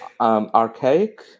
archaic